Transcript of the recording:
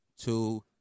two